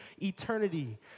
eternity